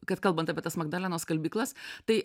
kad kalbant apie tas magdalenos skalbyklas tai